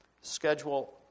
Schedule